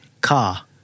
Car